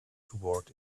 toward